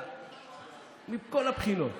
מכל הבחינות.